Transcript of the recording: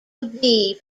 aviv